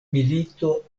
milito